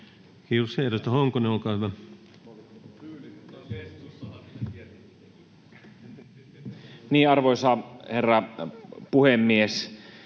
Kiitoksia. — Edustaja Honkasalo, olkaa hyvä. Arvoisa puhemies!